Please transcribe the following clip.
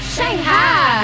Shanghai